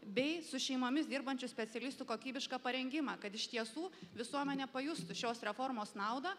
bei su šeimomis dirbančių specialistų kokybišką parengimą kad iš tiesų visuomenė pajustų šios reformos naudą